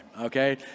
Okay